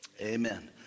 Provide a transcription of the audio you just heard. Amen